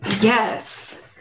Yes